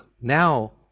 now